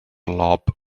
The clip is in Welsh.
lob